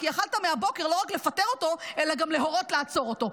כי היית יכול מהבוקר לא רק לפטר אותו אלא גם להורות לעצור אותו.